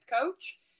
coach